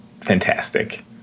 fantastic